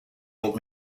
old